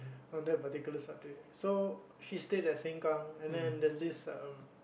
on that particular subject so she stayed at Sengkang and then there's this um